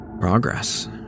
progress